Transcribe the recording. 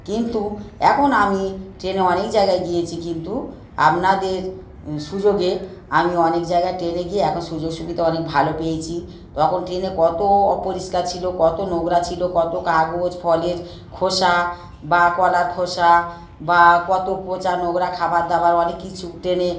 কিন্তু এখন আমি ট্রেনে অনেক জায়গায় গিয়েছি কিন্তু আপনাদের সুযোগে আমি অনেক জায়গা ট্রেনে গিয়ে এখন সুযোগ সুবিধা অনেক ভালো পেয়েছি তখন ট্রেনে কত অপরিষ্কার ছিল কত নোংরা ছিল কত কাগজ ফলের খোসা বা কলার খোসা বা কত পচা নোংরা খাবার দাবার অনেক কিছু ট্রেনে